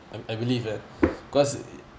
I I believe that cause it